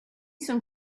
some